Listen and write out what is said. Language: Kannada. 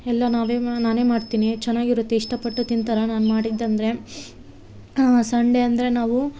ಎಲ್ಲ ನಾವೇ ನಾನೇ ಮಾಡ್ತಿನಿ ಚೆನ್ನಾಗಿರುತ್ತೆ ಇಷ್ಟ ಪಟ್ಟು ತಿಂತಾರೆ ನಾನು ಮಾಡಿದ್ದಂದರೆ ಸಂಡೆ ಅಂದರೆ ನಾವು